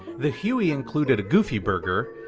the huey included a goofy burger,